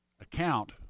account